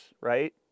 right